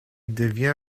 devient